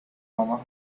mama